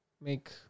make